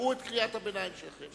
שמעו את קריאת הביניים שלכם.